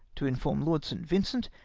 to inform lord st. vincent,